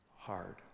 hard